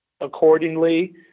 accordingly